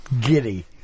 giddy